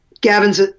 Gavin's